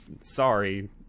Sorry